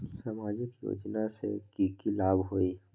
सामाजिक योजना से की की लाभ होई?